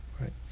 right